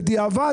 בדיעבד,